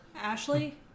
Ashley